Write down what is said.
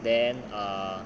then err